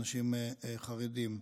אנשים חרדים.